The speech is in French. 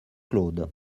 claude